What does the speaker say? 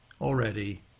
already